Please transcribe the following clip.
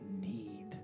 need